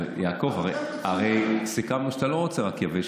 יעקב, הרי סיכמנו שאתה לא רוצה רק יבש.